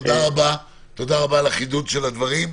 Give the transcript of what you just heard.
תודה רבה, גלעד, על החידוד של הדברים.